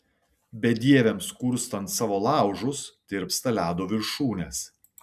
bedieviams kurstant savo laužus tirpsta ledo viršūnės